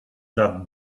that